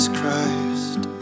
Christ